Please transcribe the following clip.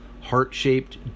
heart-shaped